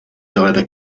either